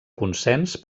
consens